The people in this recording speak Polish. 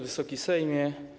Wysoki Sejmie!